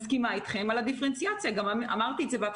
אמרתי לו את